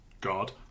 god